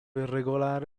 irregolare